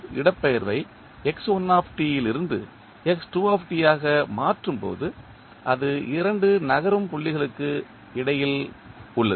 இடப்பெயர்வை இலிருந்து ஆக மாற்றும் போது அது இரண்டு நகரும் புள்ளிகளுக்கு இடையில் உள்ளது